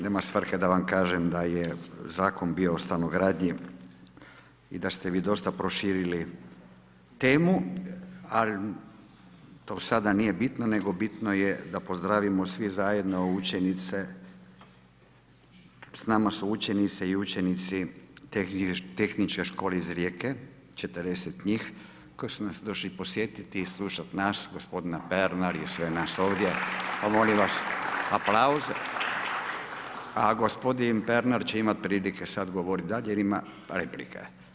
Nema svrhe da vam kažem da je Zakon bio o stanogradnji i da ste vi dosta proširili temu, ali to sada nije bitno, ali bitno je da pozdravimo svi zajedno učenice, s nama su učenice i učinci tehničke škole iz Rijeke, 40 njih, koji su nas došli podsjetiti i slušati nas, gospodine Pernar i sve nas ovdje, pa molim vas aplauz. … A gospodin Pernar će imati prilike sad govoriti dalje, jer ima replika.